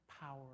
power